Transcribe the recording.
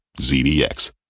ZDX